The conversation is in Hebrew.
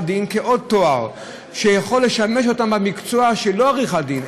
דין כעוד תואר שיכול לשמש אותם במקצוע שהוא לא עריכת דין,